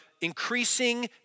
increasing